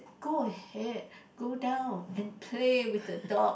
go ahead go down and play with the dog